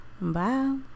Bye